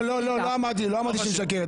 לא אמרתי שהיא משקרת,